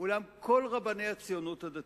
אולם כל רבני הציונות הדתית,